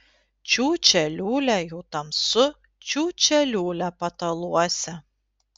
čiūčia liūlia jau tamsu čiūčia liūlia pataluose